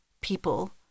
people